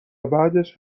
بعدش